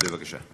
בבקשה.